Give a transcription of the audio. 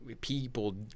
people